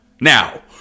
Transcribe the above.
Now